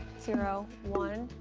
zero, one,